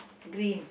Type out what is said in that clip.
green